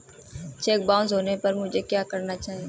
Check bounce होने पर मुझे क्या करना चाहिए?